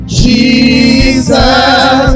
jesus